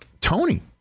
Tony